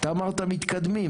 אתה אמרת מתקדמים,